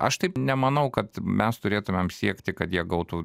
aš taip nemanau kad mes turėtumėm siekti kad jie gautų